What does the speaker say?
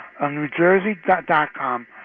NewJersey.com